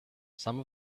some